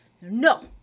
no